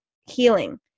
healing